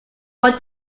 what